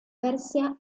persia